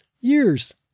years